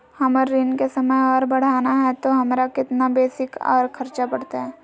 हमर ऋण के समय और बढ़ाना है तो हमरा कितना बेसी और खर्चा बड़तैय?